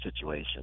situation